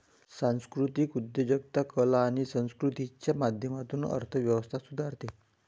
सांस्कृतिक उद्योजकता कला आणि संस्कृतीच्या माध्यमातून अर्थ व्यवस्था सुधारते